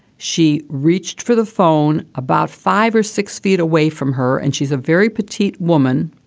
she reached for the phone about five or six feet away from her. and she's a very petite woman.